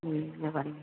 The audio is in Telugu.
ఇవ్వండి